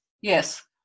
Yes